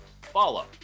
follow